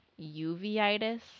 uveitis